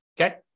okay